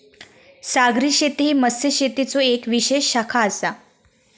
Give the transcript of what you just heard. सागरी शेती ही मत्स्यशेतीचो येक विशेष शाखा आसा